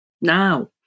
now